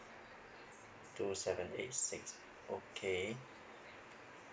two seven eight six okay